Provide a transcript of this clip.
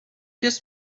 this